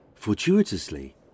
Fortuitously